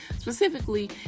specifically